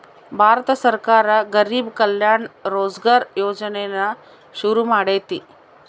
ಭಾರತ ಸರ್ಕಾರ ಗರಿಬ್ ಕಲ್ಯಾಣ ರೋಜ್ಗರ್ ಯೋಜನೆನ ಶುರು ಮಾಡೈತೀ